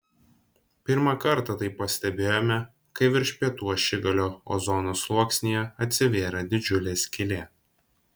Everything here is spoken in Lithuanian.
pirmą kartą tai pastebėjome kai virš pietų ašigalio ozono sluoksnyje atsivėrė didžiulė skylė